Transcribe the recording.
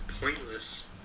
pointless